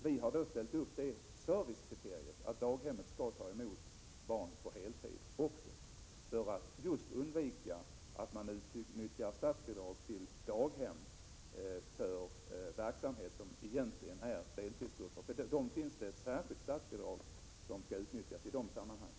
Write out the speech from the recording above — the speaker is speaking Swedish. Vi har då ställt upp ett servicekriterium som innebär att daghemmen även skall ta emot barn på heltid just för att undvika att man utnyttjar statsbidrag till daghem för verksamhet som egentligen innebär att det är fråga om deltidsgrupper. För deltidsgrupperna finns det nämligen möjlighet att utnyttja ett särskilt statsbidrag.